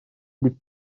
быть